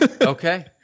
Okay